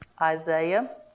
Isaiah